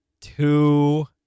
Two